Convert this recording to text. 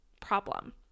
problem